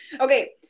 Okay